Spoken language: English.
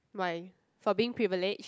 my for being privilege